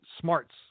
smarts